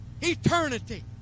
Eternity